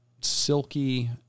silky